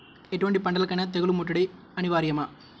ఎటువంటి పంటలకైన తెగులు ముట్టడి అనివార్యమా?